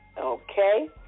okay